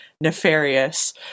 nefarious